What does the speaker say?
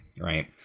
Right